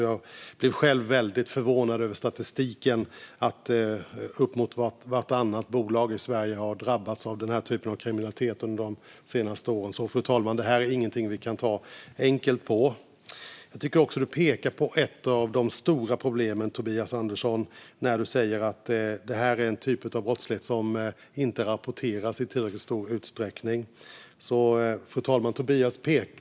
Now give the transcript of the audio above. Jag blev själv väldigt förvånad över statistiken. Uppemot vartannat bolag i Sverige har drabbats av den här typen av kriminalitet under de senaste åren. Fru talman! Det här är ingenting vi kan ta enkelt på. Det pekar också på ett av de stora problemen, Tobias Andersson, när du säger att det är en typ av brottslighet som inte rapporteras i tillräckligt stor utsträckning.